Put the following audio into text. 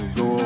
go